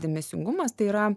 dėmesingumas tai yra